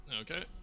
Okay